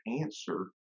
answer